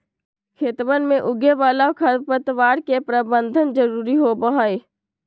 खेतवन में उगे वाला खरपतवार के प्रबंधन जरूरी होबा हई